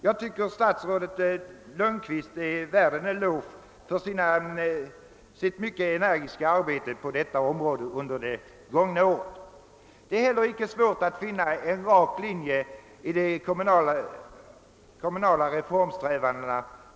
Jag tycker att statsrådet Lundkvist är värd en eloge för sitt mycket energiska arbete på detta område under det gångna året. Det är heller inte svårt att finna en rak linje i statsrådets kommunala reformsträvanden.